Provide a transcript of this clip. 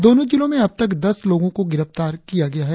दोनों जिलों में अब तक दस लोगों को गिरफ्तार किया गया है